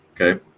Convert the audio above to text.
okay